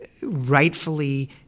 rightfully